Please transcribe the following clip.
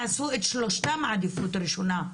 תעשו את שלושתם עדיפות ראשונה,